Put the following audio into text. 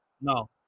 No